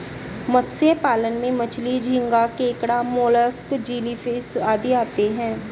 मत्स्य पालन में मछली, झींगा, केकड़ा, मोलस्क, जेलीफिश आदि आते हैं